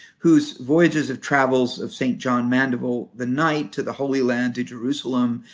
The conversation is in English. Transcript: whose voyages of travels of saint john mandeville the knight to the holy land, to jerusalem,